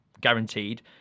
guaranteed